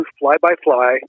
fly-by-fly